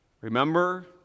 Remember